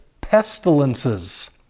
pestilences